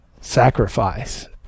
sacrifice